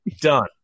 Done